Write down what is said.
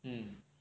mm